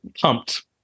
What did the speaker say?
pumped